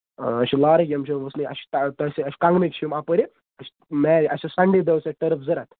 آ أسۍ چھِ لارٕکۍ یِم چھِ وُسنٕکۍ اَسہِ چھُ تۄہہِ سۭتۍ کَنگنٕکۍ چھِ یِم اَپٲرۍ حظ اَسہِ چھُ سَنڈے دۄہ اوس اَسہِ ٹرٕف ضوٚرتھ